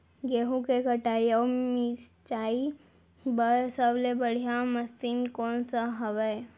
गेहूँ के कटाई अऊ मिंजाई बर सबले बढ़िया मशीन कोन सा हवये?